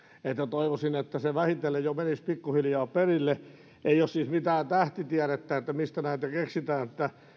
toivoisin että se vähitellen menisi jo pikkuhiljaa perille kun ei ole mitään tähtitiedettä mistä näitä keksitään